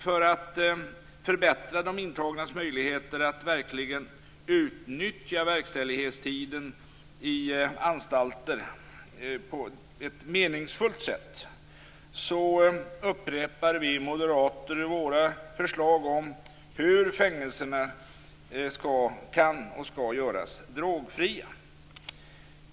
För att förbättra de intagnas möjligheter att verkligen utnyttja verkställighetstiden i anstalter på ett meningsfullt sätt upprepar vi moderater våra förslag om hur fängelserna kan och skall göras drogfria.